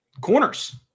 Corners